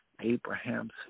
Abraham's